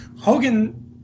Hogan